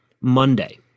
Monday